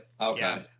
Okay